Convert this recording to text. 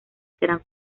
serán